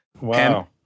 Wow